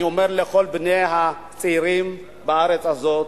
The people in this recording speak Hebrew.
אני אומר לכל הצעירים בארץ הזאת: